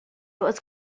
was